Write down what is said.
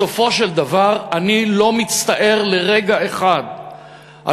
בסופו של דבר אני לא מצטער לרגע אחד על